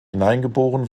hineingeboren